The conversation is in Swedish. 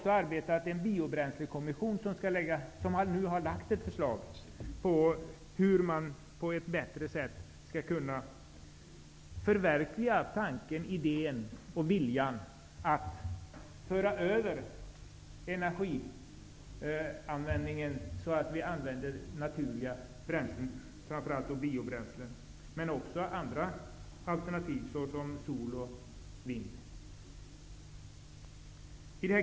Samtidigt har biobränslekommissionen lagt fram ett förslag om hur man på ett bättre sätt skall kunna förverkliga tanken, idén och viljan att gå över till användning av naturliga bränslen, framför allt biobränslen. Andra alternativ är energi från sol och vind.